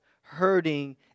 hurting